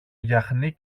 γιαχνί